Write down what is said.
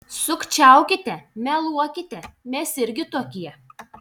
sukčiaukite meluokite mes irgi tokie